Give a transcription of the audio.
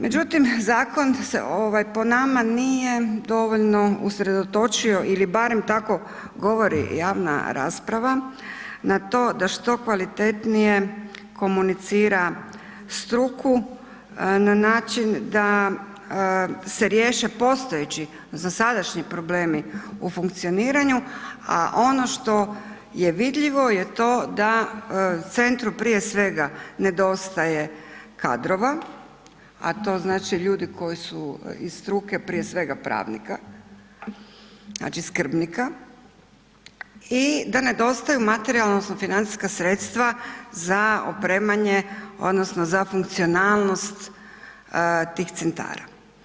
Međutim, zakon se po nama nije dovoljno usredotočio ili barem tako govori javna rasprava na to da što kvalitetnije komunicira struku na način da se riješe postojeći zasadašnji problemi u funkcioniranju, a ono što je vidljivo je to da centru prije svega nedostaje kadrova, a to znači ljudi koji su iz struke prije svega pravnika, znači skrbnika i da nedostaju materijalna odnosno financijska sredstva za opremanje odnosno za funkcionalnost tih centara.